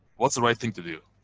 what's the right thing to do?